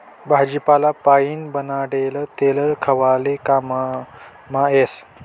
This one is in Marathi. भाजीपाला पाइन बनाडेल तेल खावाले काममा येस